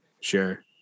sure